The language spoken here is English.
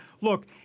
look